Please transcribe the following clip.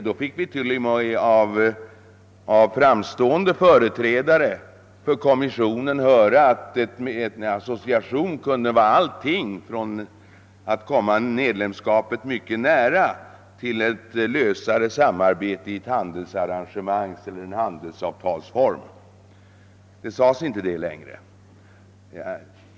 Då fick vi t.o.m. av framstående företrädare för kommissionen höra att en associering kunde vara allting -— från någonting som stod medlemskapet mycket nära till ett lösare samarbete i handelsavtalsform. Det sades inte nu längre.